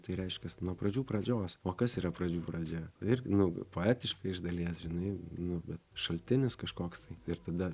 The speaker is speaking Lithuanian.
tai reiškias nuo pradžių pradžios o kas yra pradžių pradžia irgi nu poetiška iš dalies žinai nu bet šaltinis kažkoks tai ir tada